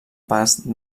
pas